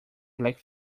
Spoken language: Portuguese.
black